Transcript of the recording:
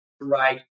right